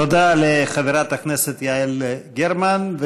תודה לחברת הכנסת יעל גרמן,